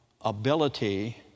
ability